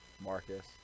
Marcus